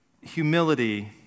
Humility